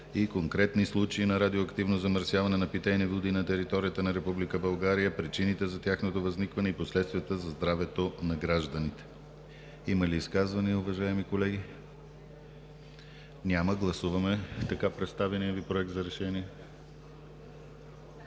и конкретни случаи на радиоактивно замърсяване на питейни води на територията на Република България, причините за тяхното възникване и последствията за здравето на гражданите.“ Има ли изказвания, уважаеми колеги? Няма. Гласуваме така представения Ви Проект за решение.